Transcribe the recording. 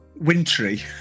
wintry